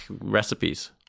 recipes